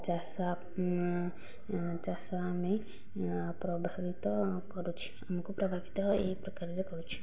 ଚାଷ ଚାଷ ଆମେ ପ୍ରଭାବିତ କରୁଛି ଆମକୁ ପ୍ରଭାବିତ ଏହି ପ୍ରକାରରେ କରୁଛି